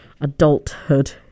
adulthood